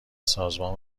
سازمان